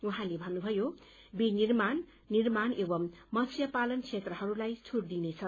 उहाँले भन्नुभयो विनिर्माण निर्माण एवं मत्स्य पालन क्षेत्रहरूलाई छूट दिइनेछ